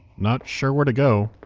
not sure where to go.